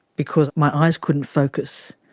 because my eyes couldn't focus.